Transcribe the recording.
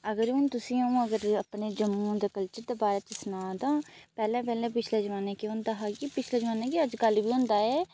अगर हून तुसेंगी अ'ऊं अगर अपने जम्मू दे कल्चर दे बारे च सनां तां पैह्ले पैह्ले पिछले जमाने केह् होंदा हा कि पिछले जमाने अज्जकल बी होंदा ऐ